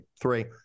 three